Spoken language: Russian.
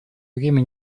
время